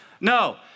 No